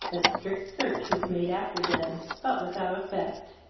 that strict search was made after them, but without effect.